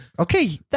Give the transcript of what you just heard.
Okay